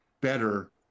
better